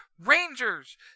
Rangers